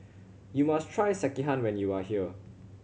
you must try Sekihan when you are here